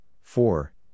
four